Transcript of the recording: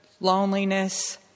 loneliness